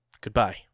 Goodbye